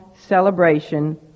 celebration